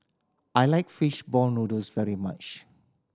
I like fish ball noodles very much